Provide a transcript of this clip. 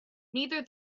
neither